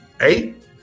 eight